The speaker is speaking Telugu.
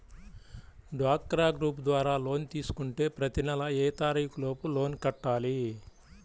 డ్వాక్రా గ్రూప్ ద్వారా లోన్ తీసుకుంటే ప్రతి నెల ఏ తారీకు లోపు లోన్ కట్టాలి?